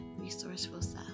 resourcefulstuff